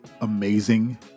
amazing